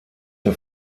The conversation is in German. der